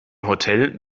hotel